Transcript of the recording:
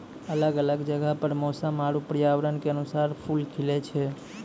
अलग अलग जगहो पर मौसम आरु पर्यावरण क अनुसार फूल खिलए छै